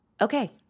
okay